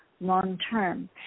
long-term